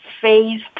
phase